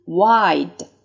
wide